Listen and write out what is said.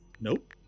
Nope